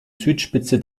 südspitze